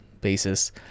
basis